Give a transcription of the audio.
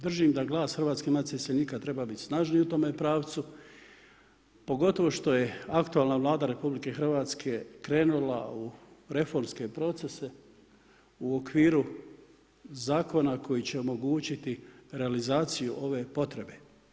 Držim da glas Hrvatske matice iseljenika treba biti snažnije u tome pravcu, pogotovo što je aktualna Vlada Republike Hrvatske krenula u reformske procese u okviru zakona koji će omogućiti realizaciju ove potrebe.